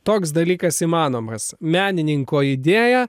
toks dalykas įmanomas menininko idėja